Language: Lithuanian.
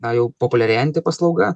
na jau populiarėjanti paslauga